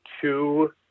two